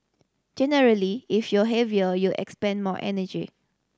generally if you're heavier you expend more energy